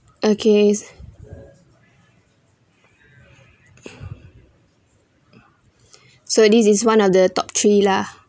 okay so this is one of the top three lah